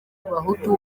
bahutu